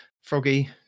Froggy